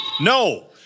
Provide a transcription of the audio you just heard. No